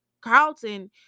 Carlton